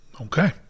Okay